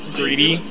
greedy